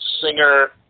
singer